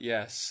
Yes